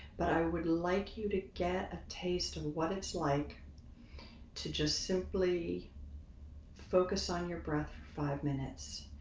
but i would like you to get a taste of what it's like to just simply focus on your breath for five minutes.